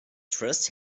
trust